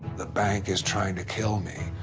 the bank is trying to kill me,